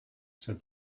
said